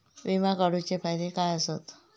विमा काढूचे फायदे काय आसत?